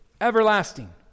Everlasting